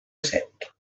set